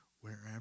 wherever